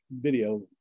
video